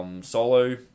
solo